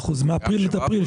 מאפריל עד אפריל,